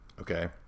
Okay